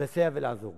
לסייע ולעזור.